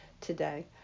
today